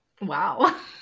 Wow